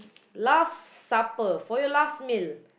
last supper for your last meal